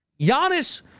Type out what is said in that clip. Giannis